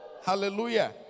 Hallelujah